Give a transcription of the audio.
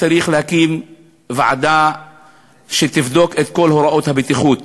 צריך להקים ועדה שתבדוק את כל הוראות הבטיחות